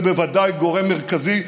זה בוודאי גורם מרכזי,